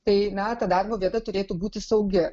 tai na ta darbo vieta turėtų būti saugi